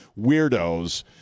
weirdos